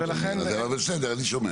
אבל, בסדר, אני שומע.